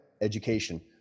education